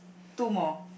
two more